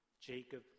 jacob